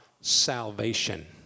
salvation